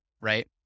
right